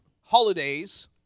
holidays